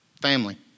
family